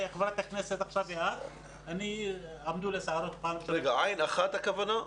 עין אחת הכוונה?